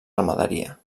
ramaderia